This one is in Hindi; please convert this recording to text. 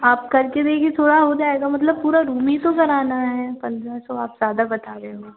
आप कर के देखिए थोड़ा हो जाएगा मतलब पूरा रूम ही तो कराना है पन्द्रह सौ आप ज़्यादा बता रहे हो